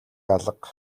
алга